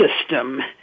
system